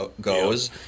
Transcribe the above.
goes